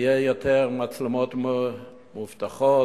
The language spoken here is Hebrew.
יהיו יותר מצלמות אבטחה,